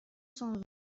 cent